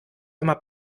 immer